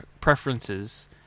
preferences